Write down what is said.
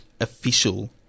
official